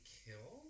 kill